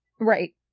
right